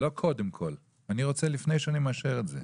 לא קודם כל, אני רוצה לפני שאני מאשר את זה.